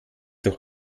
doch